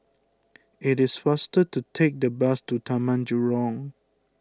it is faster to take the bus to Taman Jurong